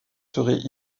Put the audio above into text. seraient